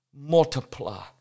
multiply